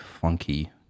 funky